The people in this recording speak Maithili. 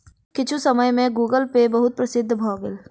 किछुए समय में गूगलपे बहुत प्रसिद्ध भअ भेल